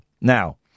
now